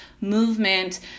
movement